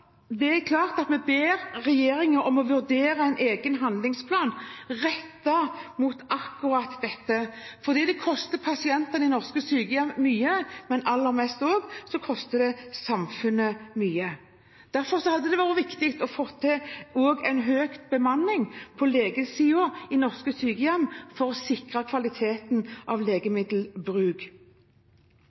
det koster pasienter i norske sykehjem mye, men aller mest koster det samfunnet. Derfor hadde det vært viktig å få til en høy bemanning på legesiden i norske sykehjem for å sikre kvaliteten ved legemiddelbruk.